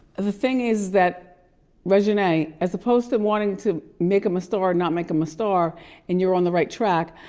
the thing is that reginae as opposed to wanting to make him a star or not make him a star and you're on the right track.